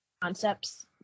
concepts